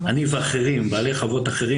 אני ובעלי חוות אחרים,